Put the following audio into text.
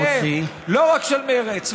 לא רק של מרצ,